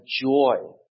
joy